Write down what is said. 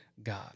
God